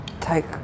take